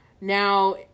now